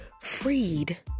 freed